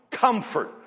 comfort